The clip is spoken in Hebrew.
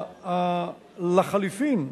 לחלופין,